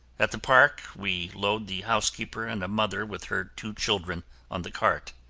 at the park, we load the housekeeper and a mother with her two children on the cart.